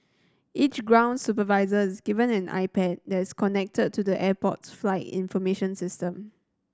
each ground supervisor is given an iPad that's connected to the airport's flight information system